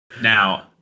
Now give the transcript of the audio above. Now